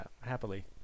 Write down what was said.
Happily